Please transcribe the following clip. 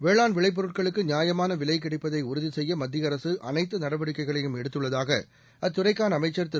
வேளாண் விளைபொருட்களுக்கு நியாயமான விலை கிடைப்பதை உறுதி செய்ய மத்திய அரசு அனைத்து நடவடிக்கைகளையும் எடுத்துள்ளதாக அத்துறைக்கான அமைச்சர் திரு